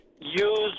use